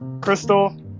Crystal